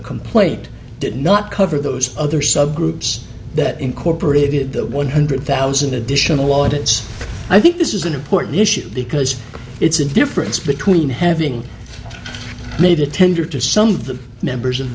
complaint did not cover those other subgroups that incorporated the one hundred thousand additional wallets i think this is an important issue because it's a difference between having made a tender to some of the members of